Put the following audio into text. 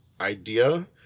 idea